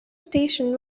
station